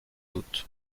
doute